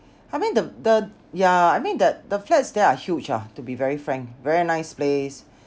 I mean the the yeah I mean that the flats there are huge ah to be very frank very nice place